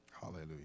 Hallelujah